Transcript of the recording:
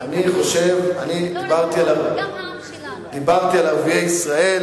גם הפלסטינים בשטחים